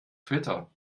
twitter